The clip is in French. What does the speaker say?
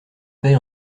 paie